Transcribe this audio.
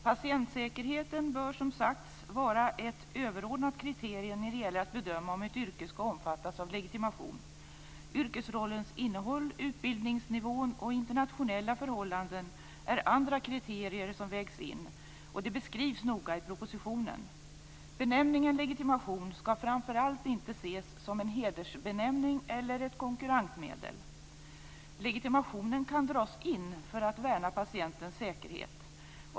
Patientsäkerheten bör, som också har sagts, vara ett överordnat kriterium när det gäller att bedöma om ett yrke skall omfattas av legitimation. Yrkesrollens innehåll, utbildningsnivån och internationella förhållanden är andra kriterier som vägs in. Det beskrivs noga i propositionen. Benämningen legitimation skall framför allt inte ses som en hedersbenämning eller ett konkurrensmedel. Legitimationen kan dras in för att värna patientens säkerhet.